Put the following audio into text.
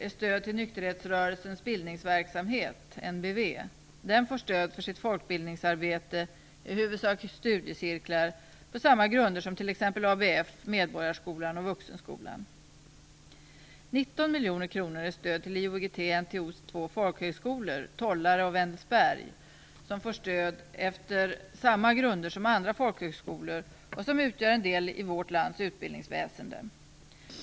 Bildningsverksamhet, NBV. Den får stöd för sitt folkbildningsarbete - i huvudsak studiecirklar - på samma grunder som t.ex. ABF, Medborgarskolan och 19 miljoner kronor är stöd till IOGT-NTO:s två folkhögskolor, Tollare och Wendelsberg, som får stöd på samma grunder som andra folkhögskolor som utgör en del i vårt lands utbildningsväsende.